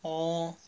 oh